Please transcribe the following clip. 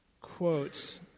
quotes